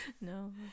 no